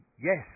Yes